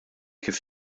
kif